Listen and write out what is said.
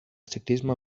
ciclisme